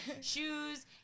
shoes